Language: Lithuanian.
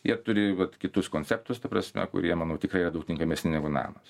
jie turi vat kitus konceptus ta prasme kurie manau tikrai yra daug tinkamesni negu namas